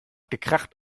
gekracht